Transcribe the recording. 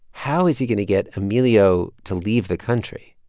how is he going to get emilio to leave the country?